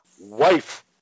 wife